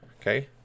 Okay